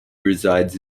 resides